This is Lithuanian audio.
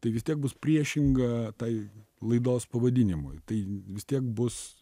tai vis tiek bus priešinga tai laidos pavadinimui tai vis tiek bus